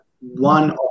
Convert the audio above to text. one